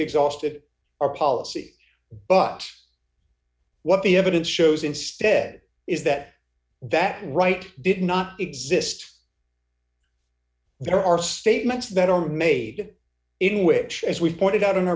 exhausted our policy but what the evidence shows instead is that that right did not exist there are statements that are made in which as we've pointed out in our